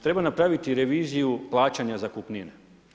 Treba napraviti reviziju plaćanja zakupnine.